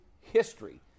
history